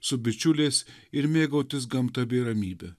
su bičiuliais ir mėgautis gamta bei ramybe